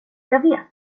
vet